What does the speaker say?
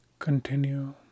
Continue